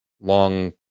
long